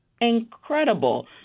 incredible